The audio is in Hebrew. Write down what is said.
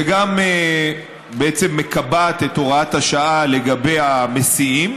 וגם בעצם היא מקבעת את הוראת השעה לגבי המסיעים.